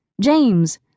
James-